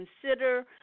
consider